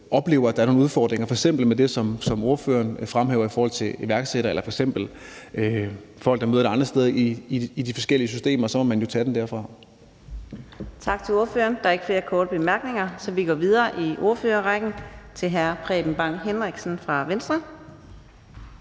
oplever, at der er nogle udfordringer, f.eks. med det, som ordføreren fremhæver i forhold til iværksættere eller folk, der møder det andre steder i de forskellige systemer, så må man jo selvfølgelig tage den derfra. Kl. 14:47 Fjerde næstformand (Karina Adsbøl): Tak til ordføreren. Der er ikke flere korte bemærkninger, så vi går videre i ordførerrækken til hr. Preben Bang Henriksen for Venstre.